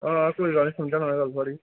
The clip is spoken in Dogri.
आं कोई गल्ल निं समझा ना में गल्ल थुआढ़ी